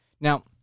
Now